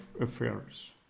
affairs